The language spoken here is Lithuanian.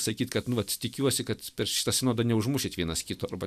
sakyt kad nu vat tikiuosi kad per šitą sinodą neužmušit vienas kito arba